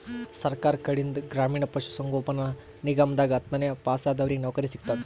ಸರ್ಕಾರ್ ಕಡೀನ್ದ್ ಗ್ರಾಮೀಣ್ ಪಶುಸಂಗೋಪನಾ ನಿಗಮದಾಗ್ ಹತ್ತನೇ ಪಾಸಾದವ್ರಿಗ್ ನೌಕರಿ ಸಿಗ್ತದ್